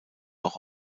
auch